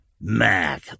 Mac